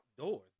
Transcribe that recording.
outdoors